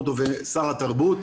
גרוטו ושר התרבות,